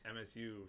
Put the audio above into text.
MSU